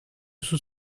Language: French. sous